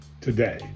today